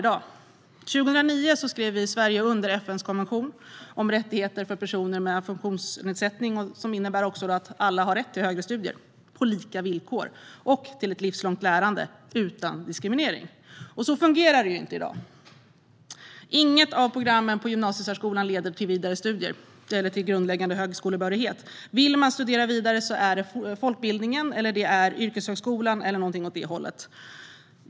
År 2009 skrev vi i Sverige under FN:s konvention om rättigheter för personer med funktionsnedsättning. Den innebär att alla har rätt till högre studier på lika villkor och till ett livslångt lärande utan diskriminering. Så fungerar det inte i dag. Inget av programmen på gymnasiesärskolan leder till grundläggande högskolebehörighet. Vill man studera vidare är det folkbildningen, yrkeshögskolan eller någonting åt det hållet som gäller.